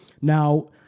now